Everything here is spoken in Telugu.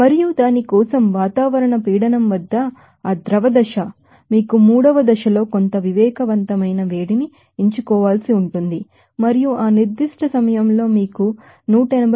మరియు దాని కోసం అట్ఠమోస్ఫెరిక్ ప్రెషర్ వాతావరణ పీడనంవద్ద ఆ లిక్విడ్ స్టేట్ ద్రవ దశ మీకు 3 వ దశలో కొంత సెన్సిబిల్ హీట్ ని ఎంచుకోవాల్సి ఉంటుంది మరియు ఆ నిర్దిష్ట సమయంలో మీకు 181